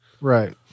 right